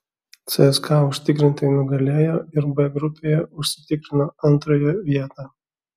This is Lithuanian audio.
cska užtikrintai nugalėjo ir b grupėje užsitikrino antrąją vietą